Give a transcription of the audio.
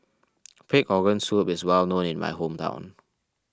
Pig Organ Soup is well known in my hometown